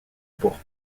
pour